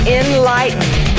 enlightened